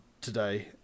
today